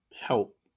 help